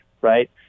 right